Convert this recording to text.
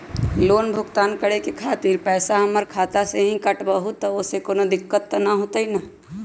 Loan भुगतान करे के खातिर पैसा हमर खाता में से ही काटबहु त ओसे कौनो दिक्कत त न होई न?